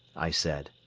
i said.